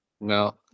No